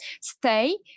stay